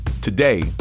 Today